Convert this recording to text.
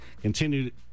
continued